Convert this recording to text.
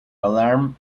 alarm